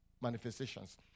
manifestations